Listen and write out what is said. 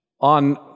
on